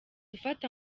ufata